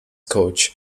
coach